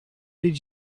did